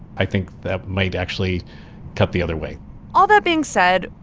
i think that might actually cut the other way all that being said,